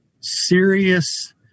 serious